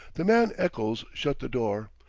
the man eccles shut the door,